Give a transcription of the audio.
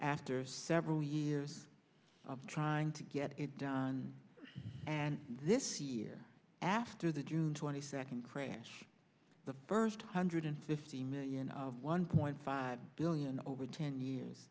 after several years of trying to get it done and this year after the june twenty second crash the first hundred fifty million of one point five billion over ten years